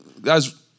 guys